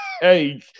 hey